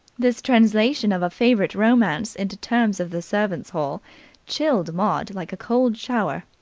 this translation of a favourite romance into terms of the servants' hall chilled maud like a cold shower.